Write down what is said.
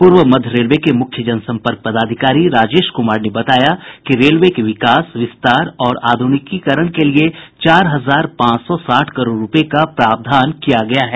पूर्व मध्य रेलवे के मुख्य जनसंपर्क पदाधिकारी राजेश कुमार ने बताया कि रेलवे के विकास विस्तार और आधुनिकीकरण के लिये चार हजार पांच सौ साठ करोड़ रूपये का प्रावधान किया गया है